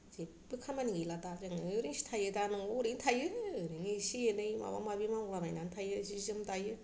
जेबो खामानि गैला दा जों ओरैनोसो थायो दा न'आव ओरैनो थायो ओरैनो इसे एनै माबा माबि मावलाबायनानै थायो जि जोम दायो